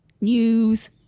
news